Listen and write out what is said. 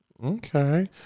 Okay